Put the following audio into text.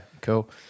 Cool